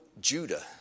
Judah